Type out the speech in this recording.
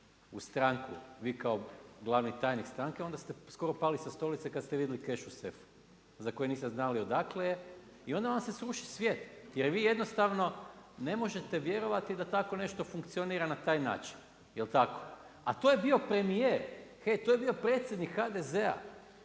u stranku vi kao glavni tajnik stranke onda ste skoro pali sa stolice kad ste vidjeli keš u sefu za koji niste znali odakle je. I onda vam se sruši svijet, jer vi jednostavno ne možete vjerovati da tako nešto funkcionira na taj način. Jel' tako? A to je bio premijer. Hej to je bio predsjednik HDZ-a.